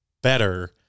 better